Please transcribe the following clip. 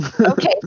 Okay